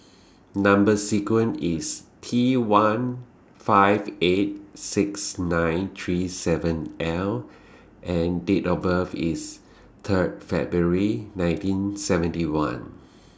Number sequence IS T one five eight six nine three seven L and Date of birth IS Third February nineteen seventy one